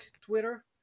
Twitter